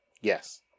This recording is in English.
Yes